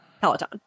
Peloton